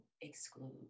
exclude